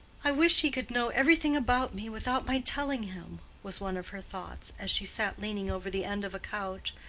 i wish he could know everything about me without my telling him, was one of her thoughts, as she sat leaning over the end of a couch,